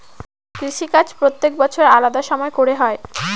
কৃষিকাজ প্রত্যেক বছর আলাদা সময় করে হয়